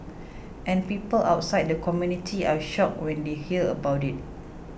and people outside the community are shocked when they hear about it